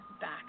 back